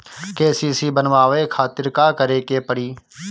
KCC बनवावे खातिर का करे के पड़ी?